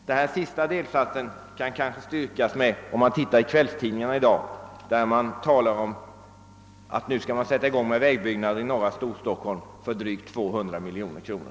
Detta sista önskemål kan styrkas med att kvällstidningarna i dag talar om vägbyggnader i norra Storstockholm för drygt 200 miljoner kronor.